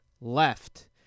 left